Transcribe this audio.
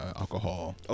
alcohol